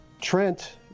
Trent